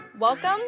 Welcome